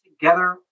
together